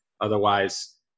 Otherwise